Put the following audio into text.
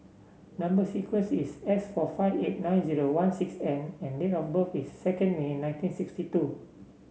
number sequence is S four five eight nine zero one six N and date of birth is second May nineteen sixty two